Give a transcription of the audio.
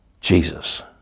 Jesus